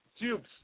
tubes